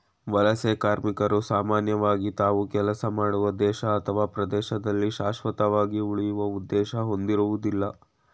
ವಲಸೆ ಕಾರ್ಮಿಕರು ಸಾಮಾನ್ಯವಾಗಿ ತಾವು ಕೆಲಸ ಮಾಡುವ ದೇಶ ಅಥವಾ ಪ್ರದೇಶದಲ್ಲಿ ಶಾಶ್ವತವಾಗಿ ಉಳಿಯುವ ಉದ್ದೇಶ ಹೊಂದಿರುವುದಿಲ್ಲ